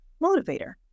motivator